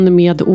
med